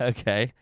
Okay